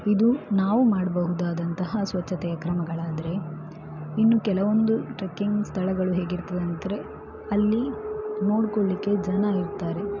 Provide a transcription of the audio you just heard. ಇದು ನಾವು ಮಾಡಬಹುದಾದಂತಹ ಸ್ವಚ್ಛತೆಯ ಕ್ರಮಗಳಾದರೆ ಇನ್ನು ಕೆಲವೊಂದು ಟ್ರೆಕಿಂಗ್ ಸ್ಥಳಗಳು ಹೇಗಿರ್ತದೆ ಅಂದ್ರೆ ಅಲ್ಲಿ ನೋಡ್ಕೊಳ್ಳಿಕ್ಕೆ ಜನ ಇರ್ತಾರೆ